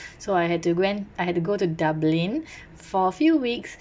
so I had to go and I had to go to dublin for a few weeks